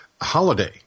holiday